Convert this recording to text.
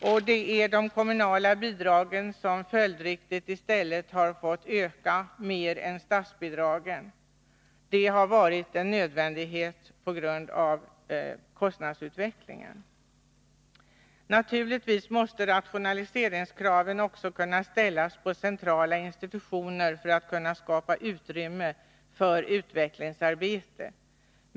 I stället har de kommunala bidragen följdriktigt måst ökas mer än statsbidragen. Det har varit en nödvändighet på grund av kostnadsutvecklingen. Naturligtvis måste rationaliseringskrav också kunna ställas på de centrala institutionerna, för att man skall kunna skapa utrymme för utvecklingsarbete.